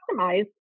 customize